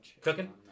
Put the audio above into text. Cooking